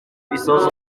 bisoza